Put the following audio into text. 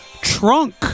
Trunk